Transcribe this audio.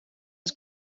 was